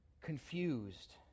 confused